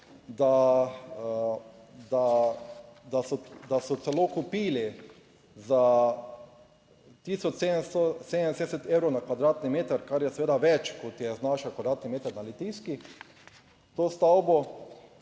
da so celo kupili za 1770 evrov na kvadratni, kar je seveda več, kot znaša kvadratni meter na Litijski to stavbo